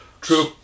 True